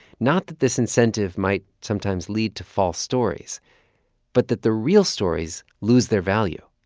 not that this incentive might sometimes lead to false stories but that the real stories lose their value.